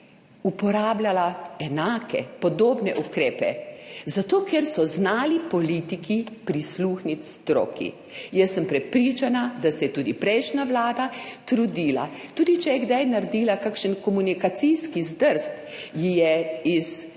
uporabljala enake, podobne ukrepe, zato ker so znali politiki prisluhniti stroki. Prepričana sem, da se je tudi prejšnja vlada trudila. Tudi če je kdaj naredila kakšen komunikacijski zdrs, ji je,